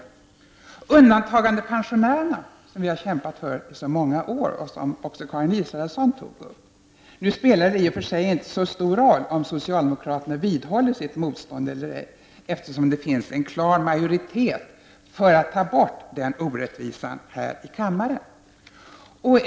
I fråga om undantagandepensionärerna, som vi har kämpat för i så många år och som också Karin Israelsson tog upp, spelar det nu i och för sig inte så stor roll om socialdemokraterna vidhåller sitt motstånd eller inte, eftersom det finns en klar majoritet här i kammaren för att ta bort orättvisan gentemot dem.